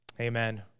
Amen